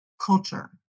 culture